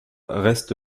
reste